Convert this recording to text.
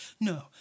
no